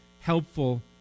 helpful